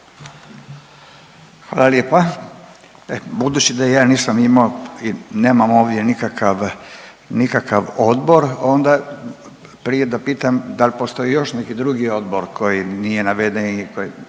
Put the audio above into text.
Hvala lijepa. Budući da ja nisam imao i nemam ovdje nikakav odbor onda prije da pitam dal postoji još neki drugi odbor koji nije naveden i koji?